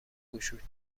گشود